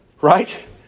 Right